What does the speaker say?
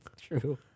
true